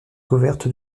couverte